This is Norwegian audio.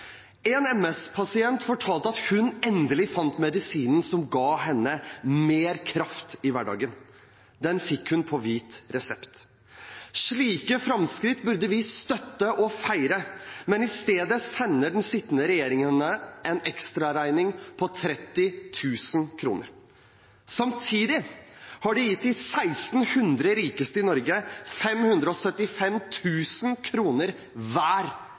fortalte at hun endelig fant medisinen som ga henne mer krefter i hverdagen – den fikk hun på hvit resept. Slike framskritt burde vi støtte og feire, men i stedet sender den sittende regjeringen henne en ekstraregning på 30 000 kr. Samtidig har de gitt de 1 600 rikeste i Norge 575 000 kr hver